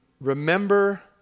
Remember